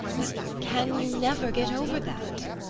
but can you never get over that?